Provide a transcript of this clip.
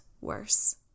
worse